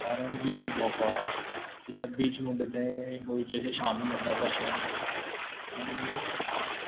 कारण बीच पोवपा कित्या बीच म्हणटा तें गोंयचें अशें शान म्हणटा तशें आनी